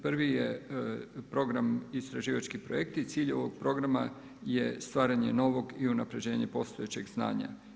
Prvi je program Istraživački projekti i cilj ovog programa je stvaranje novog i unapređenje postojećeg znanja.